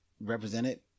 represented